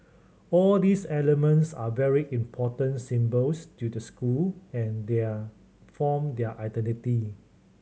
all these elements are very important symbols to the school and they are form their identity